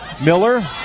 Miller